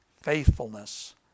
faithfulness